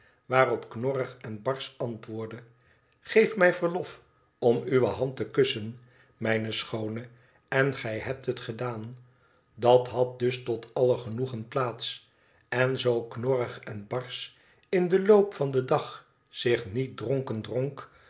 waarop knorrig en barsch antwoordde geef mij verlof om uwe hand te kussen mijne schoone en gij hebt het gedaan dat had dus tot aller genoegen plaats en zoo knorrig enbarsch in den loop van den dag zich niet dronken dronk